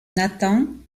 nathan